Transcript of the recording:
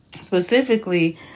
specifically